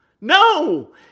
no